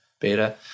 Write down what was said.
beta